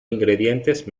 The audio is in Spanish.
ingredientes